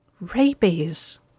Rabies